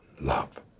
love